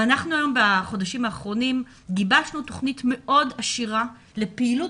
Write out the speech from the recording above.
בחודשים האחרונים גיבשנו תוכנית מאוד עשירה לפעילות